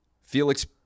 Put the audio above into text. felix